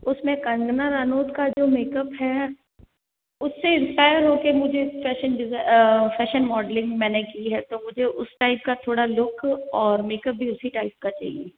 उसमे कंगना रनौत का जो मेकअप है उससे इंस्पायर हो कर मुझे फैशन डिजा फैशन मॉडलिंग मैंने की है तो मुझे उस टाईप का थोड़ा लुक और मेकअप भी उसी टाईप का चाहिए